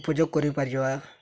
ଉପଯୋଗ କରିପାରିବା